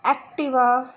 Activa